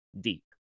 deep